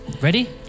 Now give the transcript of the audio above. ready